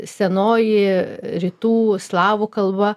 senoji rytų slavų kalba